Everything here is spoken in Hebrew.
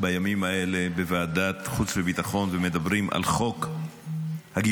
בימים האלה בוועדת החוץ והביטחון ומדברים על חוק הגיוס,